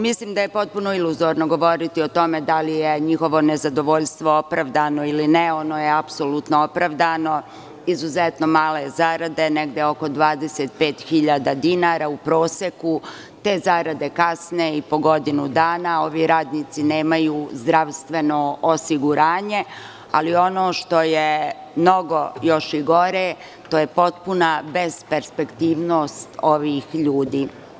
Mislim da je potpuno iluzorno govoriti o tome da li je njihovo nezadovoljstvo opravdano ili ne, ono je apsolutno opravdano, izuzetno male zarade, negde oko 25.000 dinara u proseku, te zarade kasne i po godinu dana, ovi radnici nemaju zdravstveno osiguranje, ali ono što je mnogo još i gore, to je potpuna besperspektivnost ovih ljudi.